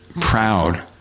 proud